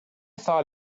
thought